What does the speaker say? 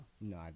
No